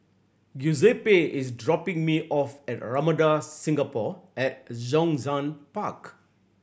Giuseppe is dropping me off at Ramada Singapore at Zhongshan Park